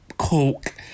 coke